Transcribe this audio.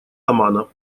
омана